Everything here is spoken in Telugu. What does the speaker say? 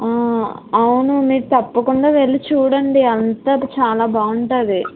అవునండీ తప్పకుండా వెళ్ళీ చూడండి అంతా చాలా బాగుంటుంది